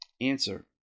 Answer